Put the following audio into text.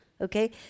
okay